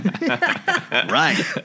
Right